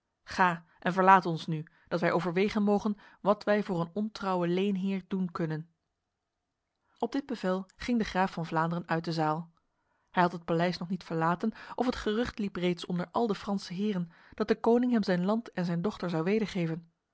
ga en verlaat ons nu dat wij overwegen mogen wat wij voor een ontrouwe leenheer doen kunnen op dit bevel ging de graaf van vlaanderen uit de zaal hij had het paleis nog niet verlaten of het gerucht liep reeds onder al de franse heren dat de koning hem zijn land en zijn dochter zou wedergeven